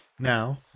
Now